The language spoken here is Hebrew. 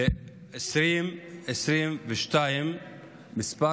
ב-2022 מספר